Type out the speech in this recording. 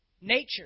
nature